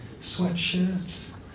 sweatshirts